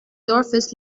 dorfes